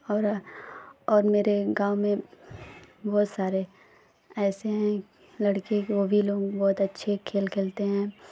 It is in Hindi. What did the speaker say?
और और मेरे गाँव में बहुत सारे ऐसे हैं लड़के वो भी लोग बहुत अच्छे खेल खेलते हैं